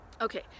Okay